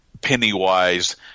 Pennywise